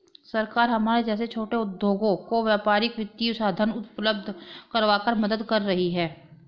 सरकार हमारे जैसे छोटे उद्योगों को व्यापारिक वित्तीय साधन उपल्ब्ध करवाकर मदद कर रही है